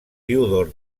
diodor